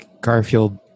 Garfield